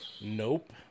Nope